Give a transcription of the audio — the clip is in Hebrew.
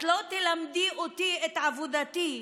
את לא תלמדי אותי את עבודתי,